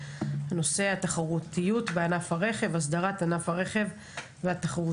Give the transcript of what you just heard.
הנושא הוא: התחרותיות בענף הרכב הסדרת ענף הרכב והתחרותיות